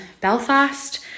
Belfast